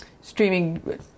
streaming